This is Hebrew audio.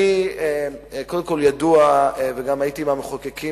אני קודם כול ידוע וגם הייתי מהמחוקקים